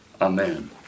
Amen